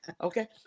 Okay